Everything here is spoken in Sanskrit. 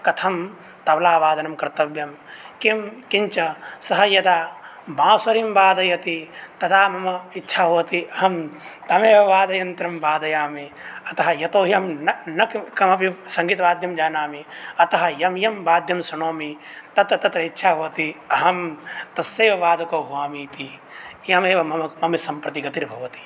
कथं तबलावादनं कर्तव्यं किं किञ्च सः यदा बासुरीं वादयति तदा मम इच्छा भवति अहं तमेव वाद्ययन्त्रं वादयामि अतः यतोहि अहं न न कमपि सङ्गीतवाद्यं जानामि अतः यं यं वाद्यं शृणोमि तत् तत् इच्छा भवति अहम् तस्यैव वादको भवामि इति इयमेव मम मम सम्प्रति गतिर्भवति